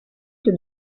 que